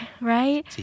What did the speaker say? right